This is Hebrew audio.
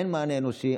אין מענה אנושי.